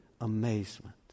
amazement